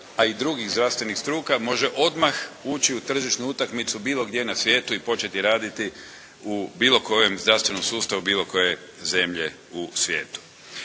a i drugih zdravstvenih struka može odmah ući u tržišnu utakmicu bilo gdje na svijetu i početi raditi u bilo kojem zdravstvenom sustavu bilo koje zemlje u svijetu.